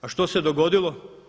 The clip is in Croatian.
A što se dogodilo?